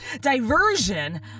diversion